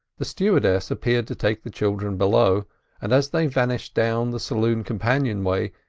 the stewardess appeared to take the children below and as they vanished down the saloon companionway,